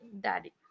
Daddy